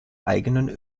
eigenen